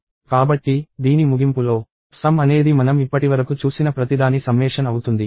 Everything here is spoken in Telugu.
కాబట్టి దీని ముగింపులో సమ్ అనేది మనం ఇప్పటివరకు చూసిన ప్రతిదాని సమ్మేషన్ అవుతుంది